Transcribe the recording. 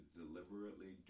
deliberately